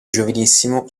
giovanissimo